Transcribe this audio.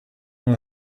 know